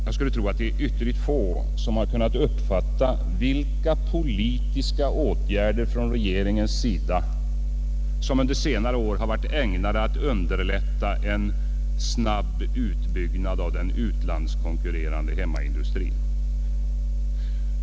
Jag skulle tro att det är ytterligt få som har kunnat uppfatta vilka politiska åtgärder från regeringens sida som under senare år har varit ägnade att underlätta en snabb utbyggnad av den utlandskonkurrerande hemmaindustrin.